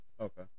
Okay